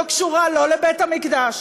לא קשורה לא לבית-המקדש,